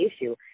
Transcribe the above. issue